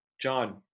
John